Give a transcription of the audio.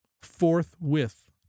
forthwith